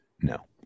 No